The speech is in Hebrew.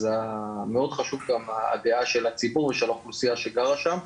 אז מאד חשוב גם הדעה של הציבור ושל האוכלוסייה שגרה שם,